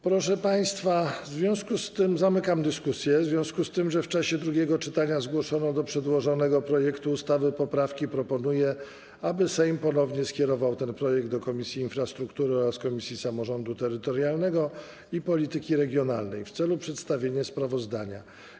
Proszę państwa, w związku z tym, że w czasie drugiego czytania zgłoszono do przedłożonego projektu ustawy poprawki, proponuję, aby Sejm ponownie skierował ten projekt do Komisji Infrastruktury oraz Komisji Samorządu Terytorialnego i Polityki Regionalnej w celu przedstawienia sprawozdania.